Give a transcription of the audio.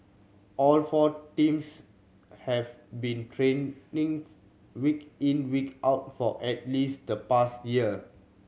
all four teams have been training week in week out for at least the past year